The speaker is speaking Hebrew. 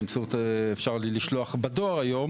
אפשר לשלוח היום בדואר,